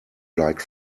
like